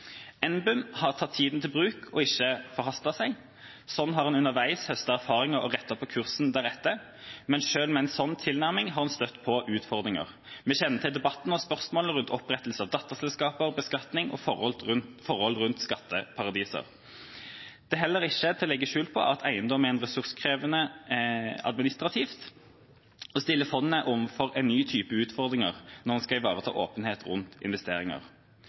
NBIM har tatt tiden i bruk og ikke forhastet seg. Sånn har en underveis høstet erfaringer og rettet på kursen deretter, men selv med en sånn tilnærming har en støtt på utfordringer. Vi kjenner til debatten og spørsmål rundt opprettelse av datterselskaper, beskatning og forhold rundt skatteparadiser. Det er heller ikke til å legge skjul på at eiendom er ressurskrevende administrativt og stiller fondet overfor en ny type utfordringer når en skal ivareta åpenhet rundt investeringene. Og nå til sist – vurderinga av å åpne for unoterte investeringer.